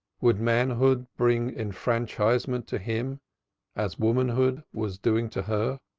would manhood bring enfranchisement to him as womanhood was doing to her?